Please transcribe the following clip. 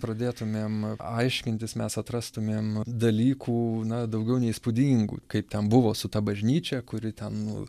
pradėtumėm aiškintis mes atrastumėm dalykų na daugiau nei įspūdingų kaip ten buvo su ta bažnyčia kuri ten